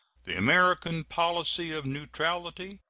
the american policy of neutrality,